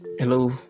Hello